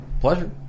Pleasure